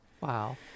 Wow